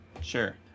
Sure